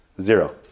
Zero